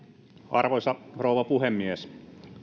arvoisa rouva puhemies